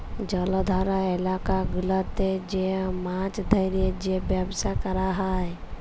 জলাধার ইলাকা গুলাতে যে মাছ ধ্যরে যে ব্যবসা ক্যরা হ্যয়